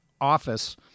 office